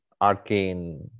arcane